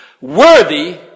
worthy